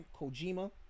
Kojima